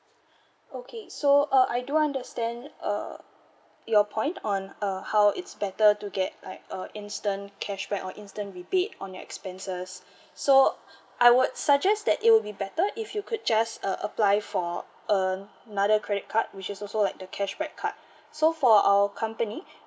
okay so uh I do understand uh your point on uh how it's better to get like a instant cashback or instant rebate on your expenses so I would suggest that it will be better if you could just uh apply for uh another credit card which is also like the cashback card so for our company